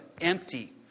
empty